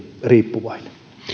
riippuvainen